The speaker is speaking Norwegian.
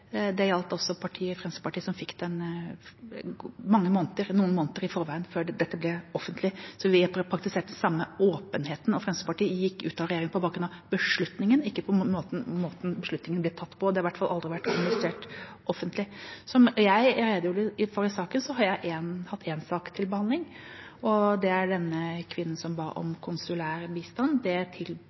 Det gjaldt også Fremskrittspartiet, som fikk det noen måneder før dette ble offentlig. Så vi praktiserte den samme åpenheten. Fremskrittspartiet gikk ut av regjering på bakgrunn av beslutningen, ikke på bakgrunn av måten beslutningen ble tatt på. Det har i hvert fall aldri vært kommunisert offentlig. Som jeg redegjorde for i saken, har jeg hatt én sak til behandling. Det er saken om kvinnen som ba om konsulær bistand. Det tilbød vi henne for å kunne ta hjem hennes barn. Det takket hun nei til.